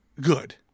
Good